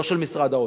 לא של משרד האוצר.